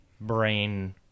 brain